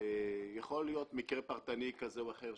יכול להיות מקרה פרטני כזה או אחר,